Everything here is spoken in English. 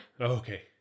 Okay